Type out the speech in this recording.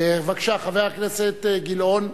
בבקשה, חבר הכנסת גילאון.